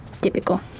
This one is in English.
Typical